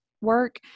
work